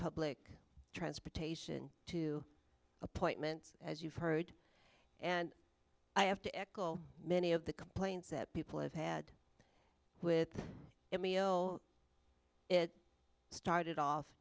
public transportation to appointments as you've heard and i have to echo many of the complaints that people have had with that meal it started off